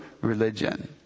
religion